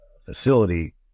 facility